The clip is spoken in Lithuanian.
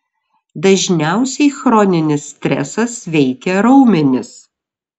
dažniausiai chroninis stresas veikia raumenis